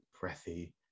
breathy